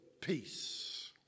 peace